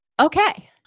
Okay